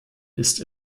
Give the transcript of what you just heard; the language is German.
ist